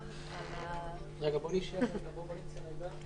תודה רבה אדוני.